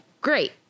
great